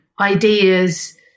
ideas